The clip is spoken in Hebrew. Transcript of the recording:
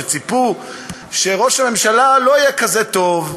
שציפו שראש הממשלה לא יהיה כזה טוב,